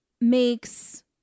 makes